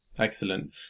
Excellent